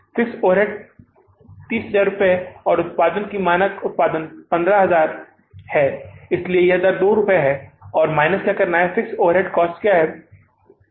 fixed overheads 30000 हैं और उत्पादन है मानक उत्पादन 15000 है इसलिए यह दर 2 रुपये है और माइनस क्या करना है फिक्स्ड ओवरहेड कॉस्ट है